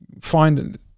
find